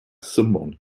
someone